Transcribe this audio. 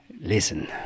Listen